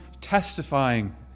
testifying